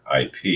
IP